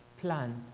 plan